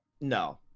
no